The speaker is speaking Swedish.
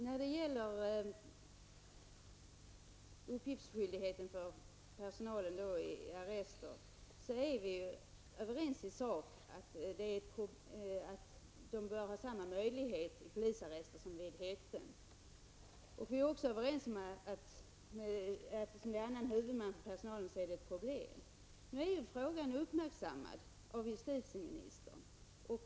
När det gäller uppgiftsskyldigheten för personalen i arrester är vi överens i sak om att man bör ha samma möjligheter i polisarrester som vid häkten. Vi är också överens om att det blir problem när man har olika huvudmän för personal. Nu är frågan uppmärksammad av justitieministern.